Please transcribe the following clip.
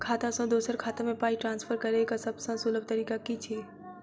खाता सँ दोसर खाता मे पाई ट्रान्सफर करैक सभसँ सुलभ तरीका की छी?